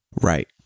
Right